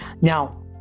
Now